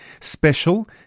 Special